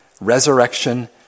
resurrection